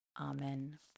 Amen